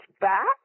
back